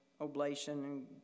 oblation